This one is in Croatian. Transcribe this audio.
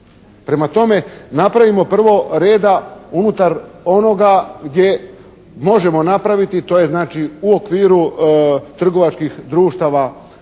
Prema tome, napravimo prvo reda unutar onoga gdje možemo napraviti. To je znači u okviru trgovačkih društava